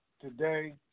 today